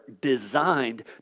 designed